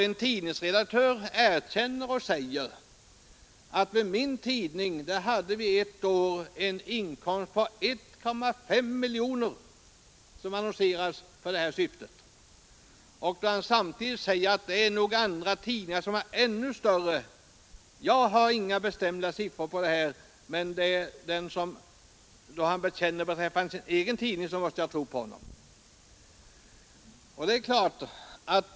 En redaktör erkänner att hans tidning under ett år hade en inkomst på 1,5 miljoner kronor på annonser av den här typen; det kan finnas amtidigt säger han att ndra tidningar som har ännu större inkomster. Jag har för min del inga bestämda siffror, men jag måste tro på de uppgifter redaktör lämnar om sin egen tidning.